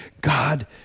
God